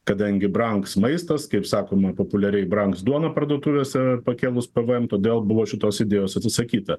kadangi brangs maistas kaip sakoma populiariai brangs duona parduotuvėse pakilus pavajem todėl buvo šitos idėjos atsisakyta